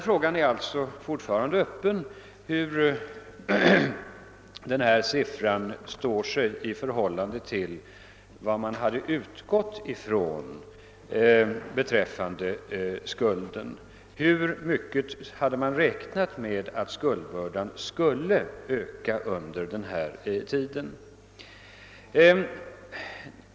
Frågan är då å ena sidan fortfarande öppen hur siffrorna står sig i förhållande till det man utgått från beträffande skulden. Hur mycket har man räknat med att skuldbördan skulle öka under denna tid?